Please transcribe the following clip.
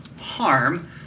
harm